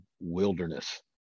wilderness